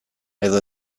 edo